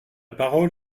parole